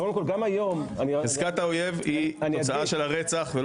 חזקת האויב היא תוצאה של הרצח.